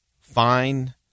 fine